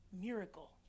miracle